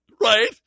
right